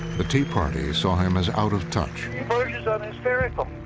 the tea party saw him as out of touch. he verges on hysterical.